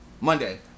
Monday